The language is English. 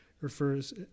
refers